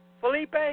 Felipe